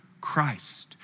Christ